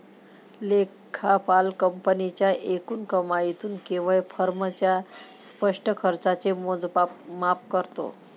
लेखापाल कंपनीच्या एकूण कमाईतून केवळ फर्मच्या स्पष्ट खर्चाचे मोजमाप करतो